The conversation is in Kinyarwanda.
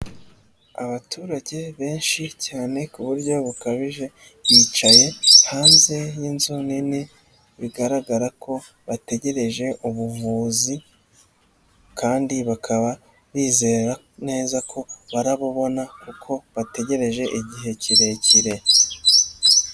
Abaturage benshi cyane ku buryo bukabije, bicaye hanze y'inzu nini, bigaragara ko bategereje ubuvuzi kandi bakaba bizera neza ko barabubona kuko bategereje igihe kirekire.